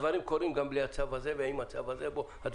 הדברים קורים גם בלי הצו הזה ועם הצו הזה.